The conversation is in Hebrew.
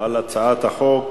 על הצעת חוק